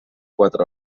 quatre